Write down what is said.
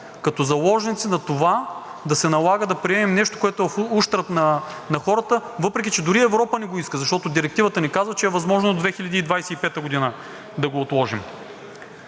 като заложници на това, да се налага да приемем нещо, което е в ущърб на хората, въпреки че дори Европа не го иска, защото Директивата не казва, че е възможно до 2025 г. да го отложим.